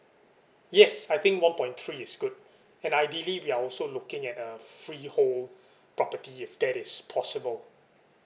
yes I think one point three is good and ideally we are also looking at a freehold property if that is possible